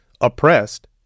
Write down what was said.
oppressed